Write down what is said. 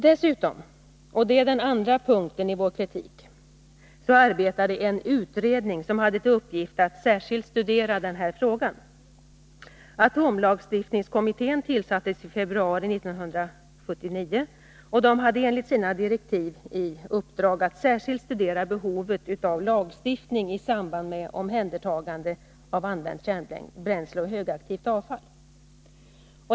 Dessutom — och det är den andra punkten i vår kritik — arbetade en utredning som hade till uppgift att särskilt studera den här frågan. Atomlagstiftningskommittén tillsattes i februari 1979, och den hade enligt sina direktiv i uppdrag att särskilt studera behovet av lagstiftning i samband med omhändertagande av använt kärnbränsle och högaktivt avfall.